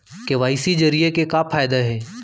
KYC जरिए के का फायदा हे?